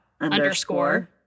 underscore